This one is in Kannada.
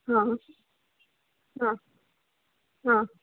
ಹಾಂ ಹಾಂ ಹಾಂ